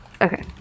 Okay